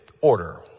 order